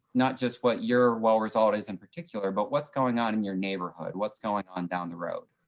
not just what your well result is in particular, but what's going on in your neighborhood, what's going on down the road.